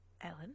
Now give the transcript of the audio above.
Ellen